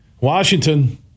Washington